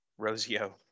Rosio